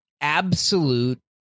absolute